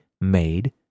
made